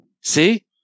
See